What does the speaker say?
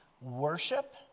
worship